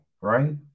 right